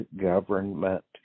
government